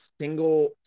single